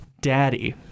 daddy